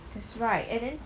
that's right